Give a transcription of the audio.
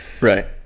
right